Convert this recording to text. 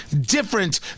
different